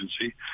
agency